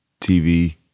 TV